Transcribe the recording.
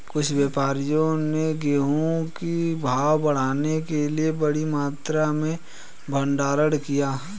कुछ व्यापारियों ने गेहूं का भाव बढ़ाने के लिए बड़ी मात्रा में भंडारण किया